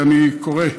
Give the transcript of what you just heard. ואני קורא,